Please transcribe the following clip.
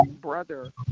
brother